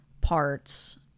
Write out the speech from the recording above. parts